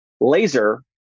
laser